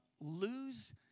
lose